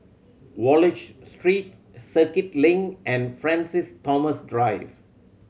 Wallich Street Circuit Link and Francis Thomas Drive